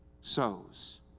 sows